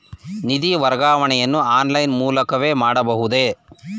ನಿಧಿ ವರ್ಗಾವಣೆಯನ್ನು ಆನ್ಲೈನ್ ಮೂಲಕವೇ ಮಾಡಬಹುದೇ?